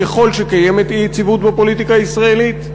ככל שקיימת אי-יציבות ישראלית.